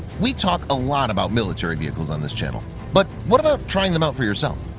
we talk a lot about military vehicles on this channel, but what about trying them out for yourself?